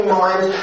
mind